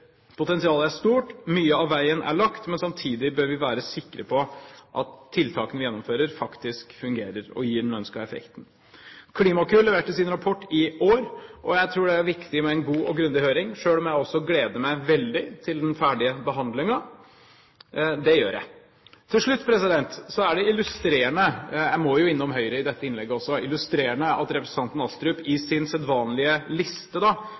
Potensialet er stort. Mye av veien er lagt, men samtidig bør vi være sikre på at tiltakene vi gjennomfører, faktisk fungerer og gir den ønskede effekten. Klimakur leverte sin rapport i år, og jeg tror det er viktig med en god og grundig høring, selv om jeg også gleder meg veldig til den ferdige behandlingen. Det gjør jeg. Til slutt er det illustrerende – jeg må jo innom Høyre i dette innlegget også – at representanten Astrup i sin sedvanlige liste